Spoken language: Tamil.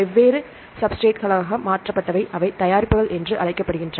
வெவ்வேறு சப்ஸ்ஸ்ரேட்களாக மாற்றப்பட்டவை அவை தயாரிப்புகள் என்று அழைக்கப்படுகின்றன